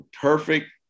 perfect